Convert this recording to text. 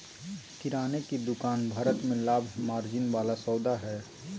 किराने की दुकान भारत में लाभ मार्जिन वाला सौदा हइ